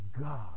God